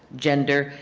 gender,